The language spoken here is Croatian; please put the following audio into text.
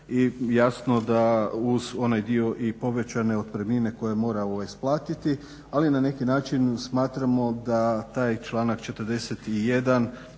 jasno da uz onaj dio i povećane otpremnine koje mora isplatiti, ali na neki način smatramo da taj članak 41.